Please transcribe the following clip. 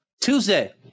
Tuesday